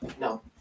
No